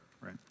right